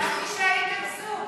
הבנתי שהייתם זוג.